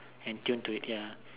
and tune to it ya